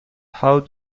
how